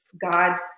God